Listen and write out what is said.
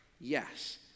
Yes